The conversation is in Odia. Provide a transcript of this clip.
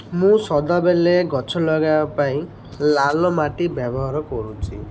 ମୁଁ ସଦାବେଳେ ଗଛ ଲଗାଇବା ପାଇଁ ଲାଲ ମାଟି ବ୍ୟବହାର କରୁଛିି